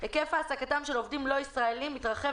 "היקף העסקתם של עובדים לא ישראלים מתרחב